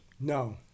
No